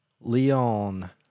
Leon